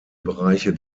bereiche